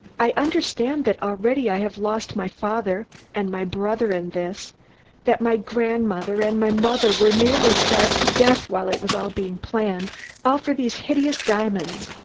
i understand that already i have lost my father and my brother in this that my grandmother and my mother were nearly starved to death while it was all being planned all for these hideous diamonds.